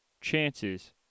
chances